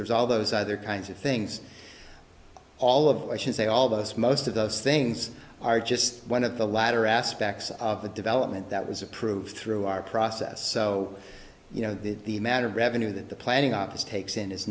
there's all those other kinds of things all of i should say all of us most of those things are just one of the latter aspects of the development that was approved through our process so you know the matter of revenue that the planning office takes in is